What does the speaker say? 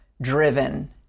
driven